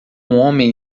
homem